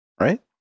Right